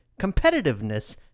competitiveness